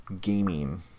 gaming